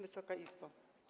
Wysoka Izbo!